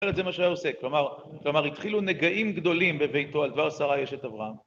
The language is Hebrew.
זה מה שהיה עוסק, כלומר התחילו נגעים גדולים בביתו על דבר שרה יש את אברהם